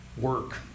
work